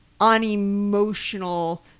unemotional